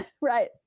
right